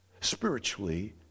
Spiritually